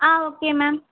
ah okay ma'am